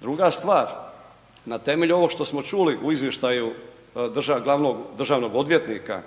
Druga stvar, na temelju ovog što smo čuli u izvještaju glavnog državnog odvjetnika,